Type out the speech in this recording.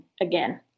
again